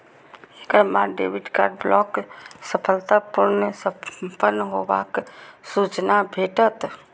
एकर बाद debit card block सफलतापूर्व संपन्न हेबाक सूचना भेटत